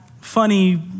funny